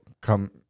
come